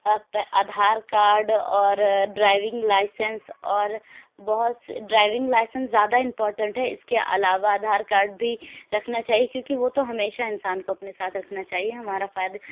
آپ آدھار کارڈ اور driving licence اور بہت سے ڈرائیونگ لائسنس زیادہ امپورٹنٹ ہے اس کے علاوہ آدھار کارڈ بھی رکھنا چاہیے کیوں کہ وہ تو ہمیشہ انسان کو اپنے ساتھ رکھنا چاہیے ہمارا فائدہ